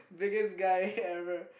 biggest guy ever